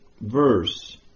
verse